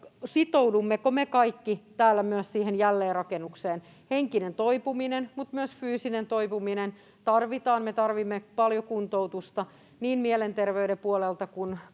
sitoudummeko me kaikki täällä myös siihen jälleenrakennukseen. Tarvitaan henkinen toipuminen mutta myös fyysinen toipuminen. Me tarvitsemme paljon kuntoutusta niin mielenterveyden puolelta